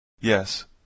Yes